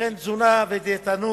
וכן תזונה ודיאטנות.